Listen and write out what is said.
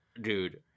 Dude